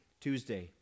Tuesday